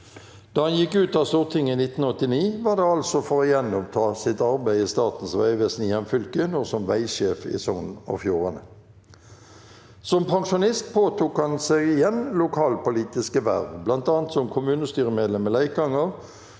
Da han gikk ut av Stortinget i 1989, var det altså for å gjenoppta sitt arbeid i Statens vegvesen i hjemfylket, nå som veisjef i Sogn og Fjordane. Som pensjonist påtok han seg igjen lokalpolitiske verv, bl.a. som kommunestyremedlem i Leikanger,